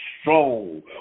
strong